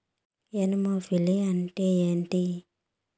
Anemophily అంటే ఏంటి?